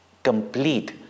complete